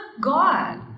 God